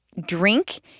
drink